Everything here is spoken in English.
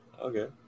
okay